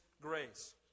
grace